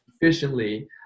efficiently